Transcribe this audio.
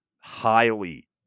highly